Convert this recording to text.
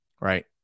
right